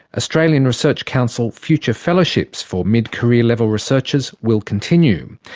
australian research council future fellowships for mid-career level researchers will continue.